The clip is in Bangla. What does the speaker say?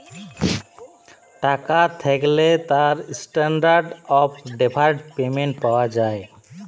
টাকা থ্যাকলে তার ইসট্যানডারড অফ ডেফারড পেমেন্ট পাওয়া যায়